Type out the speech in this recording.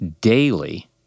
daily